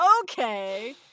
okay